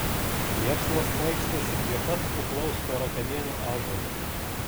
liepsnos plaikstėsi prie pat kuplaus storakamienio ąžuolo